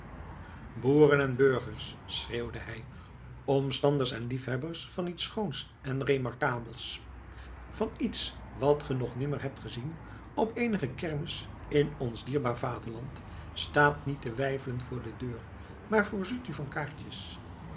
boeren en burgers schreeuwde hij omstanders en liefhebbers van iets schoons en remarkabels van iets wat ge nog nimmer hebt gezien op eenige kermis in ons dierbaar vaderland staat niet te weifelen voor de deur maar voorziet u van kaartjes